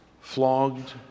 flogged